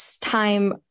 Time